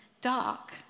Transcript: dark